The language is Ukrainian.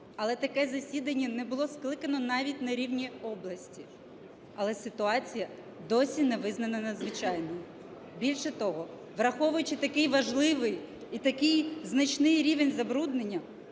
Але таке засідання не було скликане навіть на рівні області. Але ситуація досі не визнана надзвичайною, більше того, враховуючи такий важливий і такий значний рівень забруднення,